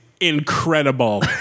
incredible